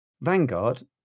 Vanguard